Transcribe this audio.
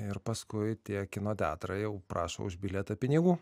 ir paskui tie kino teatrai jau prašo už bilietą pinigų